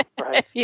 right